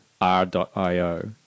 r.io